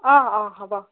অ অ হ'ব